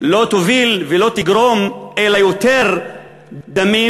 לא תוביל ולא תגרום אלא יותר דמים,